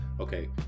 okay